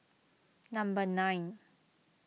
number nine